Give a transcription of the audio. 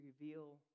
reveal